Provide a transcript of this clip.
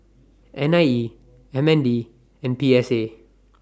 N I E M N D and P S A